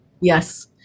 Yes